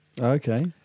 Okay